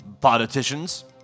politicians